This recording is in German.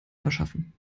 verschaffen